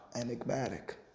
Enigmatic